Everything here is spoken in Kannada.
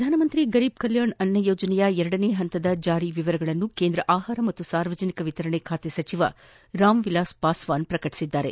ಪ್ರಧಾನಮಂತ್ರಿ ಗರೀಬ್ ಕಲ್ಲಾಣ್ ಅನ್ನ ಯೋಜನೆಯ ಎರಡನೇ ಪಂತದ ಜಾರಿಯ ವಿವರಗಳನ್ನು ಕೇಂದ್ರ ಆಹಾರ ಮತ್ತು ಸಾರ್ವಜನಿಕ ವಿತರಣಾ ಸಚಿವ ರಾಮ್ ವಿಲಾಸ್ ಪಾಸ್ವಾನ್ ಪ್ರಕಟಿಸಿದ್ದಾರೆ